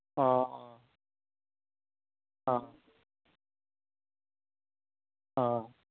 অঁ অঁ অঁ অঁ